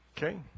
Okay